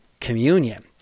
communion